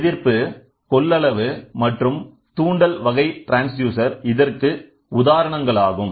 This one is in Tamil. எதிர்ப்பு கொள்ளளவு மற்றும் தூண்டல் வகை ட்ரான்ஸ்டியூசர் இதற்கு உதாரணங்களாகும்